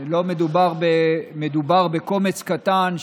מדובר בקומץ קטן,